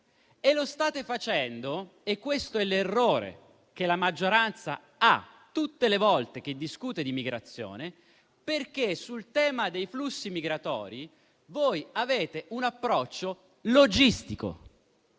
e lo state facendo - ecco l'errore che la maggioranza fa tutte le volte che discute di migrazione - perché sul tema dei flussi migratori avete un approccio logistico.